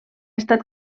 estat